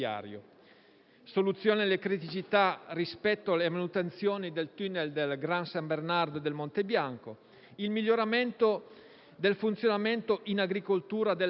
soluzione delle criticità rispetto alla manutenzione dei *tunnel* del Gran San Bernardo e del Monte Bianco; al miglioramento del funzionamento in agricoltura dell'Agea